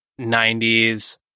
90s